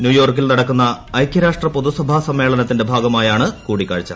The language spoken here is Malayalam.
നൃൂയോർക്കിൽ നടക്കുന്ന ഐകൃരാഷ്ട്ര പൊതുസഭാ സമ്മേളനത്തിന്റെ ഭാഗമായാണ് കൂടിക്കാഴ്ച